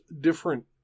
different